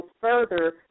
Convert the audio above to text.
further